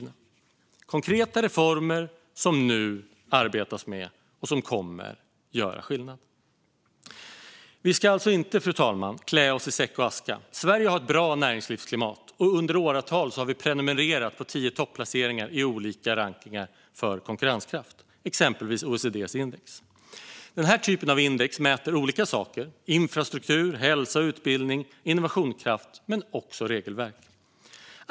Det är konkreta reformer som det nu arbetas med och som kommer att göra skillnad. Vi ska alltså inte, fru talman, klä oss i säck och aska. Sverige har ett bra näringslivsklimat. Och under åratal har vi prenumererat på tio-i-topp-placeringar i olika rankningar när det gäller konkurrenskraft, exempelvis OECD:s index. Den typen av index mäter olika saker - infrastruktur, hälsa, utbildning, innovationskraft men också regelverk.